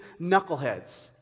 knuckleheads